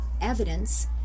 evidence